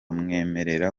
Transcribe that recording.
mwemerera